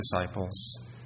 disciple's